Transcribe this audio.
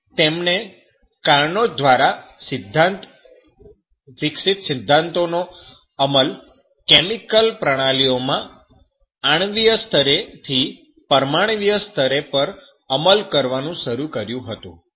Clausius તેમણે Carnot દ્વારા વિકસિત સિદ્ધાંતો નો અમલ કેમિકલ પ્રણાલીઓમાં આણ્વીય સ્તરે થી પરમાણ્વીય સ્તર પર અમલ કરવાનું શરૂ કર્યું હતું